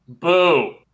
Boo